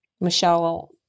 Michelle